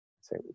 say